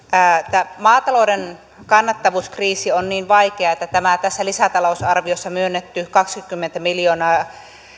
tämä maatalouden kannattavuuskriisi on niin vaikea että tämä tässä lisätalousarviossa myönnetty kaksikymmentä miljoonaa